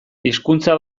hizkuntza